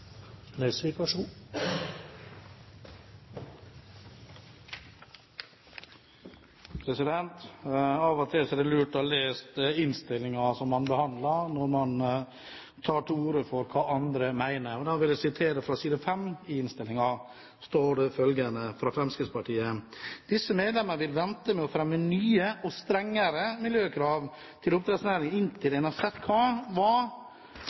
Av og til er det lurt å ha lest innstillingen som man behandler, når man uttaler seg om hva andre mener. Da vil jeg sitere fra side 3 i innstillingen, der det står følgende fra Fremskrittspartiet: «Disse medlemmer vil vente med å fremme nye og strengere miljøkrav til oppdrettsnæringen inntil en har sett … høringsuttalelsene til Gullestad-rapporten», nettopp for å se hva